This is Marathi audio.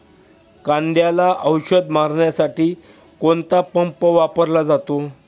कांद्याला औषध मारण्यासाठी कोणता पंप वापरला जातो?